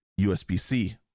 USB-C